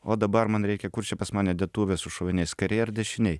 o dabar man reikia kur čia pas mane dėtuvė su šoviniais kairėj ar dešinėj